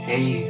Hey